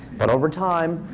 but over time,